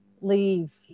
leave